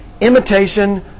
Imitation